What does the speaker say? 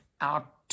out